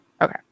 Okay